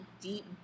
deep